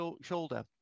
shoulder